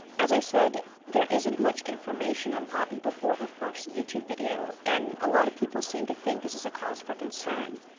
as i said, there isn't much information on poppy before her first youtube video and a lot of people seem to think this is a cause for concern.